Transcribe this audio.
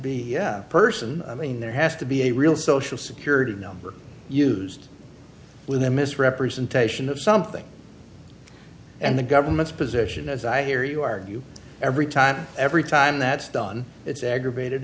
the person i mean there has to be a real social security number used with a misrepresentation of something and the government's position as i hear you argue every time every time that's done it's aggravated